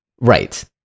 Right